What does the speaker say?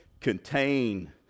contain